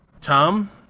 Tom